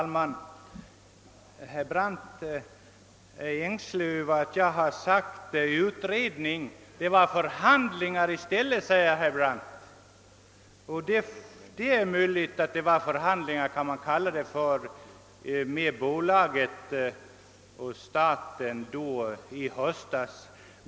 Herr talman! Herr Brandt är ängslig för att jag talat om utredning och framhåller att det gäller förhandlingar. Det är möjligt att man kan säga att det i höstas rörde sig om förhandlingar mellan staten och bolaget.